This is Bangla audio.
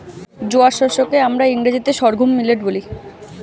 জোয়ার শস্য কে আমরা ইংরেজিতে সর্ঘুম মিলেট বলি